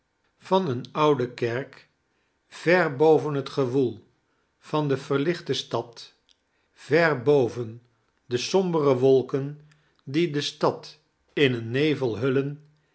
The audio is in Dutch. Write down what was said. van eene oude kerk ver boven hiet gewoel van de vermohte staid ver boven de sombere wolken die de stad in eein neval bullen